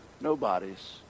nobodies